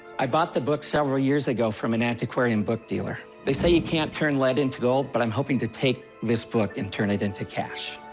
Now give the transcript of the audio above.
i bought the book several years ago from an antiquarian book dealer. they say you can't turn lead into gold, but i'm hoping to take this book and turn it into cash.